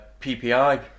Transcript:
PPI